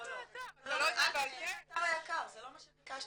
לא, לא, אל תקריא מאתר היק"ר, זה לא מה שביקשתי.